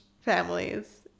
families